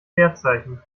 leerzeichen